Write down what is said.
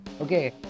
Okay